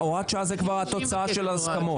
הוראת שעה זו כבר התוצאה של ההסכמות.